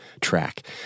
track